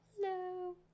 Hello